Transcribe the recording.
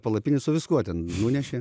palapinį su viskuo ten nunešė